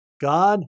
God